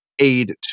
aid